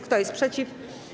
Kto jest przeciw?